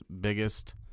biggest